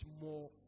more